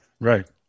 Right